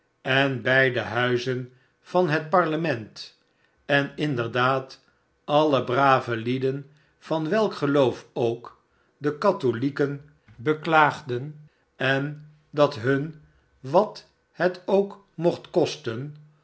en beide huizen van het parlement en inderdaad alle brave lieden van welk geloofook de kathoheken beklaagden en dat hun wat het ook mocht kosten